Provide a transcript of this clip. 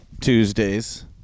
Tuesdays